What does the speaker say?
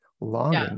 longing